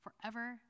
forever